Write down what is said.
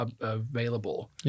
available